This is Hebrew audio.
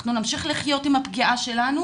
אנחנו נמשיך לחיות עם הפגיעה שלנו